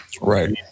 Right